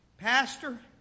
Pastor